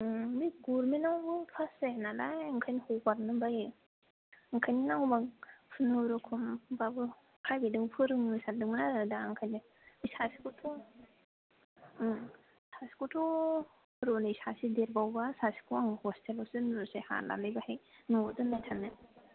बे गरमेन्टआवबो क्लास जाया नालाय ओंखायनो हगारनो बायो ओंखायनो नांगौबा खुनुरुखुम बाबो प्राइभेटआव फोरोंनो सानदोंमोन आरो दा ओंखायनो बे सासेखौथ' सासेखौथ' रलै सासे देरबावबा सासेखौ आं हस्टेलावसो दोनहरसै हालालै बेहाय न'आव दोनबाय थानो